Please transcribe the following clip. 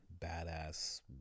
badass